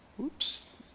Oops